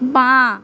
বাঁ